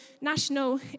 national